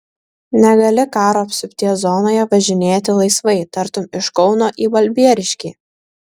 negali karo apsupties zonoje važinėti laisvai tartum iš kauno į balbieriškį